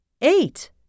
eight